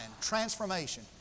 transformation